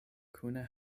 kune